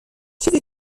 چیزی